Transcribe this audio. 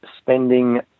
spending